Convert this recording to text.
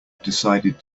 decided